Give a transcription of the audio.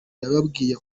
yababwiye